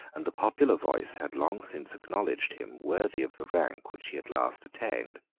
and the popular voice had long since acknowledged him worthy of the rank which he at last attained.